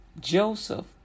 Joseph